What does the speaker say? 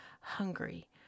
Hungry